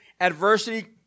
adversity